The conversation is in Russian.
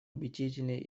убедительные